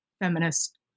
feminist